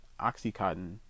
Oxycontin